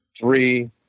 three